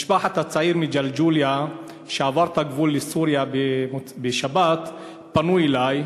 משפחת הצעיר מג'לג'וליה שעבר את הגבול לסוריה בשבת פנו אלי,